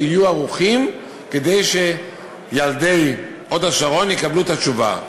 יהיו ערוכים כדי שילדי הוד-השרון יקבלו את התשובה.